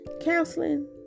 counseling